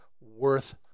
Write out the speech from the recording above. worth